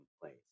place